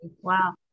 wow